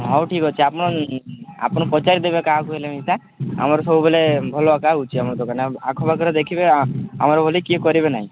ହଉ ଠିକ୍ ଅଛି ଆପଣ ଆପଣ ପଚାରିଦେବେ କାହାକୁ ହେଲେ ନି ସାର୍ ଆମର ସବୁବେଲେ ଭଲ ଅଗା ହେଉଛି ଆମ ଦୋକାନରେ ଆଖପାଖରେ ଦେଖିବେ ଆମର ଭଲି କିଏ କରିବେ ନାହିଁ